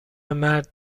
مرد